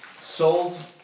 sold